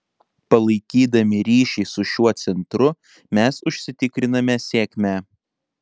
palaikydami ryšį su šiuo centru mes užsitikriname sėkmę